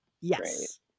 yes